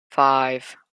five